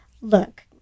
look